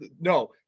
No